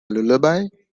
lullaby